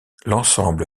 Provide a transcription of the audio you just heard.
l’ensemble